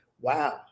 wow